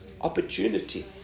Opportunity